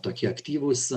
tokie aktyvūs